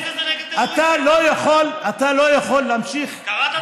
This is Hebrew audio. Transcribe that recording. אתה לא יכול להמשיך, קראת את החוק?